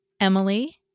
Emily